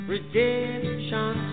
Redemption